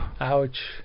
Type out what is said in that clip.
Ouch